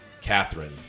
Catherine